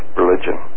religion